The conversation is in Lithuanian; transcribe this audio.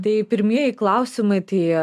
tai pirmieji klausimai tai